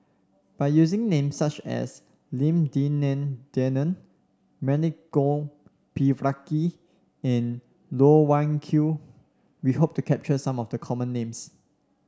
by using names such as Lim Denan Denon Milenko Prvacki and Loh Wai Kiew we hope to capture some of the common names